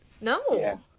No